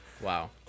Wow